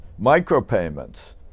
micropayments